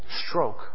stroke